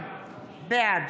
בעד